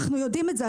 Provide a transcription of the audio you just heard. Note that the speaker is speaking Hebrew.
אנחנו יודעים את זה,